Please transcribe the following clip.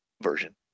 version